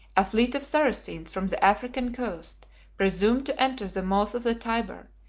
a fleet of saracens from the african coast presumed to enter the mouth of the tyber,